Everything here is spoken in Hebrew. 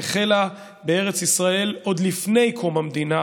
שהחלה בארץ ישראל עוד לפני קום המדינה